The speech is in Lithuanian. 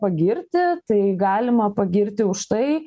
pagirti tai galima pagirti už tai